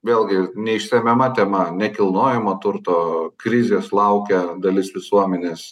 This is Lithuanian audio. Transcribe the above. vėlgi neišsemiama tema nekilnojamo turto krizės laukia dalis visuomenės